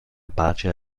pace